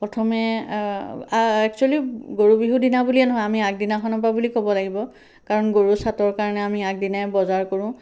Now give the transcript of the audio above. প্ৰথমে একচ্যুৱেলি গৰু বিহুদিনা বুলিয়েই নহয় আমি আগদিনাখনৰ পৰা বুলি ক'ব লাগিব কাৰণ গৰু চাটৰ কাৰণে আমি আগদিনাই বজাৰ কৰোঁ